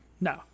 no